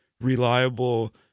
reliable